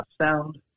sound